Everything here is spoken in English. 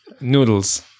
Noodles